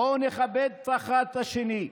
בואו נכבד אחד את השני.